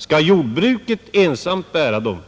Skall jordbruket ensamt bära dem,